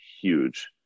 huge